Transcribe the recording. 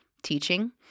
teaching